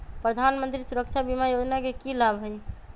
प्रधानमंत्री सुरक्षा बीमा योजना के की लाभ हई?